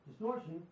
Distortion